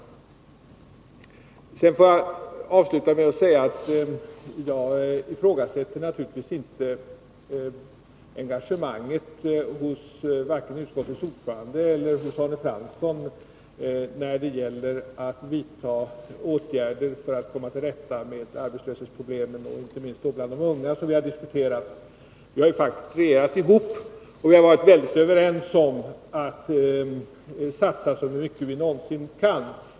Avslutningsvis vill jag säga att jag naturligtvis inte ifrågasätter engagemanget hos vare sig utskottets ordförande eller Arne Fransson när det gäller att vidta åtgärder för att komma till rätta med de arbetslöshetsproblem, inte minst bland de unga, som vi har diskuterat. Vi har faktiskt regerat tillsammans och varit helt överens om att satsa så mycket vi någonsin kan.